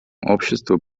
обществу